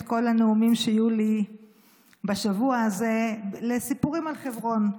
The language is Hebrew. את כל הנאומים שיהיו לי בשבוע הזה לסיפורים על חברון.